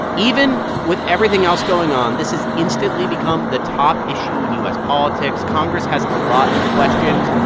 even with everything else going on, this has instantly become the top issue in u s. politics. congress has a lot of questions.